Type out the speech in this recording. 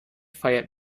feiert